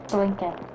Blanket